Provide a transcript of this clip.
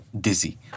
dizzy